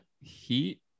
Heat